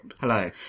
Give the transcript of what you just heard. Hello